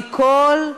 זה יתחיל ברדק, חבל.